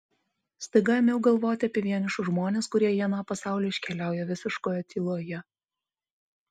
staiga ėmiau galvoti apie vienišus žmones kurie į aną pasaulį iškeliauja visiškoje tyloje